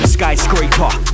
Skyscraper